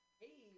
hey